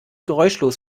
geräuschlos